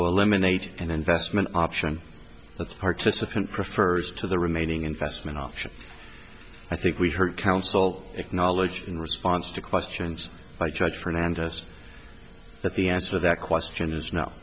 eliminate an investment option that participant prefers to the remaining investment option i think we heard counsel acknowledged in response to questions by judge fernandes that the answer that question is now